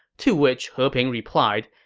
to which he ping replied,